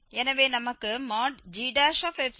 எனவே நமக்கு gxk x என்று வேண்டும்